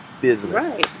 business